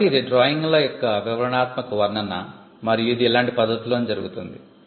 కాబట్టి ఇది డ్రాయింగ్ల యొక్క వివరణాత్మక వర్ణన మరియు ఇది ఇలాంటి పద్ధతిలోనే జరుగుతుంది